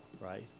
right